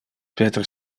peter